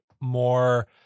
more